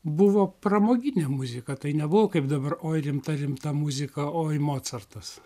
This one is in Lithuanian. buvo pramoginė muzika tai nebuvo kaip dabar oi rimta rimta muzika oi mocartas